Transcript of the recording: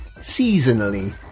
seasonally